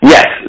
Yes